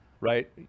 right